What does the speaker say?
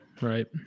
Right